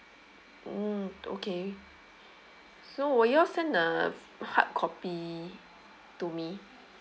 mm okay so will you all send the hardcopy to me